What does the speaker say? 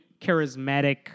charismatic